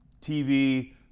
TV